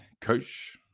coach